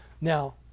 Now